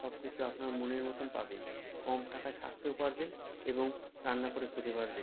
সব কিছু আপনার মনের মতোন পাবেন কম টাকায় থাকতেও পারবেন এবং রান্না করেও খেতে পারবেন